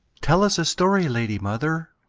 tell us a story, lady mother.